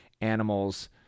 animals